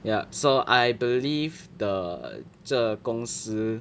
ya so I believe the 这公司